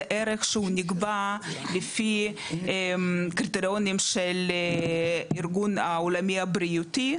זה ערך שהוא נקבע לפי קריטריונים של ארגון העולמי הבריאותי,